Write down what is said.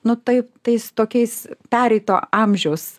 nu taip tais tokiais pereito amžiaus